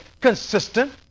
consistent